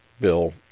Bill